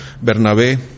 Bernabé